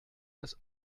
das